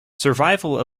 survival